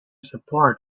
support